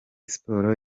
sports